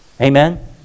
Amen